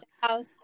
house